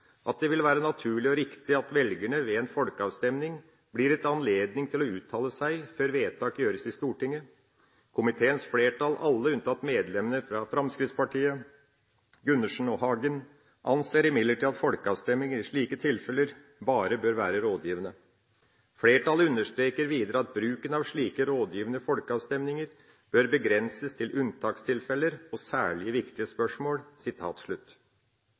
at det vil være naturlig og riktig at velgerne ved en folkeavstemning blir gitt anledning til å uttale seg før vedtak gjøres i Stortinget. Komiteens flertall, alle unntatt medlemmene fra Fremskrittspartiet, Gundersen og Hagen, anser imidlertid at folkeavstemninger i slike situasjoner bare bør være rådgivende. Flertallet understreker videre at bruken av slike rådgivende folkeavstemninger bør begrenses til unntakstilfeller og særlig viktige spørsmål.»